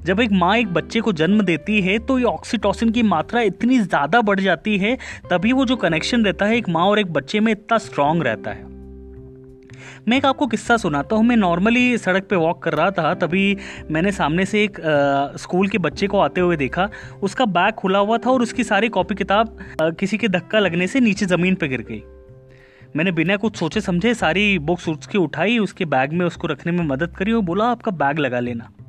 जब एक माँ एक बच्चे को जन्म देती है, तो ये oxytocin की मात्रा इतनी ज़्यादा बढ़ जाती है, तभी वो जो connection रहता है एक माँ और एक बच्चे में इतना strong रहता है। मैं एक आपको किस्सा सुनाता हूँ, मैं normally सड़क पे walk कर रहा था, तभी मैंने सामने से एक, अ, स्कूल के बच्चे को आते हुए देखा, उसका बैग खुला हुआ था और उसकी सारी कॉपी किताब, अ, किसी के धक्का लगने से नीचे ज़मीन पे गिर गई। मैंने बिना कुछ सोचे समझे सारी books उसकी उठाई, उसके बैग में उसको रखने में मदद करी और बोला, आपका बैग लगा लेना।